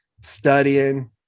studying